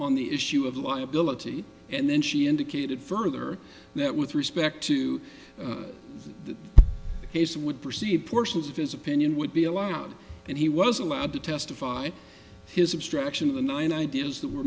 on the issue of liability and then she indicated further that with respect to the case would proceed portions of his opinion would be allowed and he was allowed to testify his obstruction of the nine ideas that were